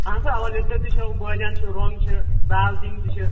اَہَن سا اَوا لیٚدٕر تہِ چھِو بٲدِیانہٕ چھِ رۄنٛگ چھِ دال چیٖن تہِ چھِ